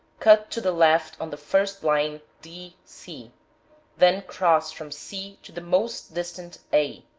cut to the left on the first line d, c then cross from c to the most distant a.